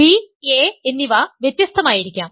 b a എന്നിവ വ്യത്യസ്തമായിരിക്കാം